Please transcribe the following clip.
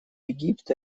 египта